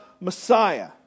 Messiah